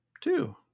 Two